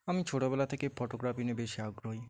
আমি ছোটবেলা থেকে ফটোগ্রাফি নিয়ে বেশি আগ্রহী